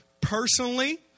Personally